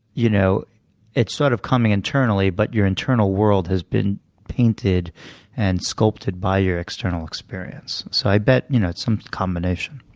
you know it's sort of coming internally, but your internal world has been painted and sculpted by your external experience. so i bet you know it's some combination.